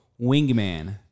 Wingman